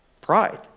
pride